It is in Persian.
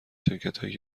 شرکتهایی